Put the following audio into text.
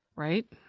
right?